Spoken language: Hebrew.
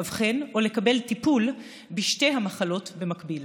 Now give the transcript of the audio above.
לאבחן או לקבל טיפול בשתי המחלות במקביל.